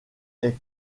est